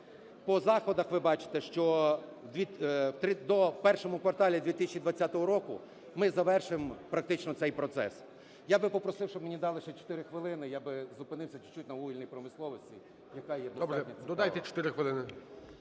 По заходах ви бачите, що в І кварталі 2020 року ми завершимо практично цей процес. Я би попросив, щоб мені дали ще 4 хвилини, я би зупинився чуть-чуть на вугільній промисловості, яка є...